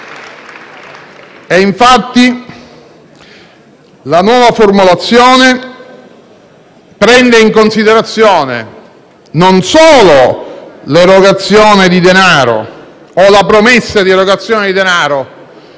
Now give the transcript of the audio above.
Infatti, la nuova formulazione prende in considerazione non solo l'erogazione di denaro o la promessa di erogazione di denaro